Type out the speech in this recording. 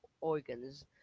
organs